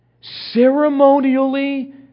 ceremonially